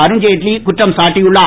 அருண் தேட்வி குற்றம் சாட்டியுள்ளார்